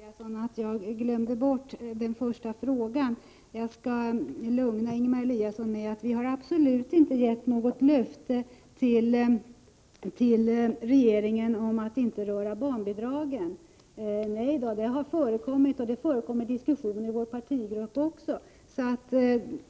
Herr talman! Förlåt mig, Ingemar Eliasson, att jag glömde bort den första frågan. Jag skall lugna Ingemar Eliasson med att vi absolut inte gett något löfte till regeringen om att inte röra barnbidragen. Nej, den här frågan har förekommit och förekommer i diskussionen i vår partigrupp också. Så